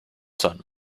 son